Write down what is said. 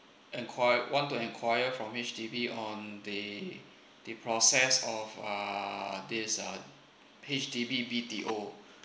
inquire want to inquire from H_D_B on the the process of uh this uh H_D_B B_T_O